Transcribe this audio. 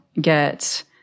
get